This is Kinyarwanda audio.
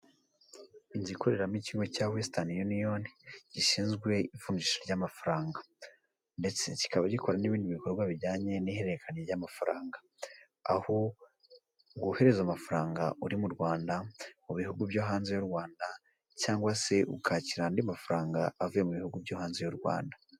Igikoreramo ikigo cya Western Union gishinzwe ivunjisha ry'amafaranga ndetse kikaba gikora n'ibindi bikorwa bijyanye n'ihererekana ry'amafaranga, aho wohereza amafaranga uri mu Rwanda mu bihugu byo hanze y'u Rwanda cyangwa se ukakira andi mafaranga avuye mu bihugu byo hanze y'u Rwanda.